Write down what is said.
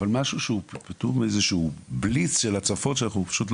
אבל משהו שהוא פתאום איזשהו בליץ של הצפות שאנחנו פשוט,